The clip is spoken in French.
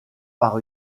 par